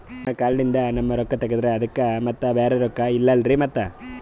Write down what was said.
ನಿಮ್ ಕಾರ್ಡ್ ಲಿಂದ ನಮ್ ರೊಕ್ಕ ತಗದ್ರ ಅದಕ್ಕ ಮತ್ತ ಬ್ಯಾರೆ ರೊಕ್ಕ ಇಲ್ಲಲ್ರಿ ಮತ್ತ?